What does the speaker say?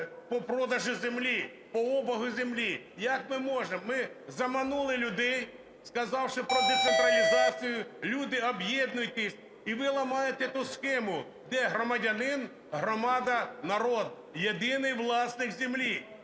по продажу землі, по обігу землі. Як ми можемо? Ми заманили людей, сказавши про децентралізацію, люди, об'єднуйтесь! І ви ламаєте ту схему, де громадянин, громада, народ – єдиний власник землі.